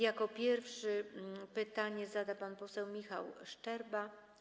Jako pierwszy pytanie zada pan poseł Michał Szczerba.